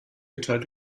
geteilt